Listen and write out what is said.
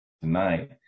tonight